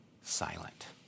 silent